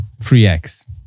3x